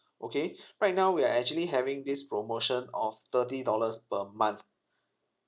okay right now we are actually having this promotion of thirty dollars per month